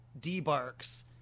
debarks